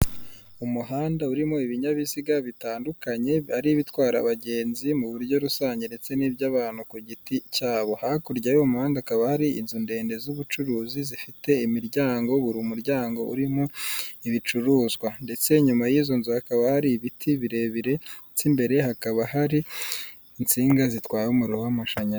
Umuhanda urimo ibinyabiziga bitandukanye bari ibitwara abagenzi mu buryo rusange ndetse n'iby'abantu ku giti cyabo, hakurya y'umuhanda akaba hari inzu ndende z'ubucuruzi zifite imiryango buri muryango urimo ibicuruzwa, ndetse inyuma y'izo nzu hakaba hari ibiti birebire by'imbere hakaba hari insinga zitwara umuriro w'amashanyarazi.